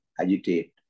agitate